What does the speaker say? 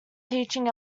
teaching